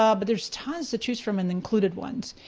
ah but there's tons to choose from in the included ones.